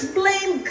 blame